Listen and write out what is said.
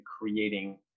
creating